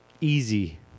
easy